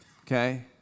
okay